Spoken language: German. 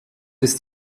ist